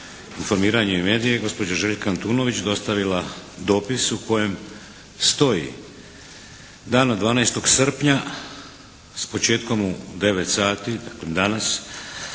informiranje i medije gospođa Željka Antunović dostavila dopis u kojem stoji. Dana 12. srpnja s početkom u 9 sati, dakle danas